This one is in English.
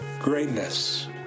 greatness